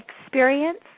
experience